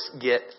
get